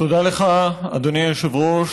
תודה לך, אדוני היושב-ראש.